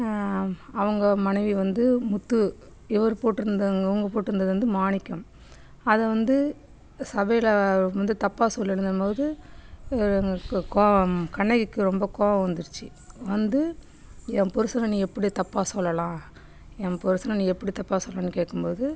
அவங்க மனைவி வந்து முத்து இவர் போட்டிருந்தவங்க அவங்க போட்டிருந்தது வந்து மாணிக்கம் அத வந்து சபையில் வந்து தப்பாக சொல்லிடுந்த போது அங்கே க கோ கோவம் கண்ணகிக்கு ரொம்ப கோவம் வந்துரிச்சு வந்து என் புருசனை நீ எப்படி தப்பாக சொல்லலாம் என் புருசனை நீ எப்படி தப்பாக சொல்லலாம்னு கேட்கும்போது